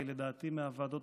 והיא לדעתי מהוועדות